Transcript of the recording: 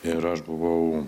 ir aš buvau